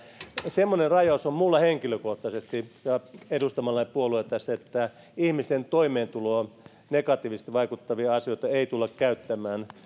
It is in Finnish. semmoinen rajaus on minulla henkilökohtaisesti ja edustamallani puolueella tässä että ihmisten toimeentuloon negatiivisesti vaikuttavia asioita ei tulla käyttämään